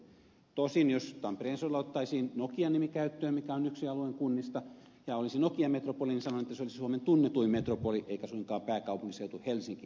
tosin jos tampereen seudulla otettaisiin nokia nimi käyttöön mikä on yksi alueen kunnista ja olisi nokia metropoli niin sanon että se olisi suomen tunnetuin metropoli eikä suinkaan pääkaupunkiseutu helsinki metropoli